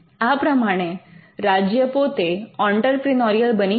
આ પ્રમાણે રાજ્ય પોતે ઑંટરપ્રિનોરિયલ બની શકે